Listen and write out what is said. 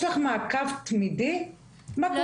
יש לך מעקב תמידי מה קורה עם ילד.